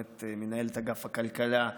מנהלת אגף הכלכלה.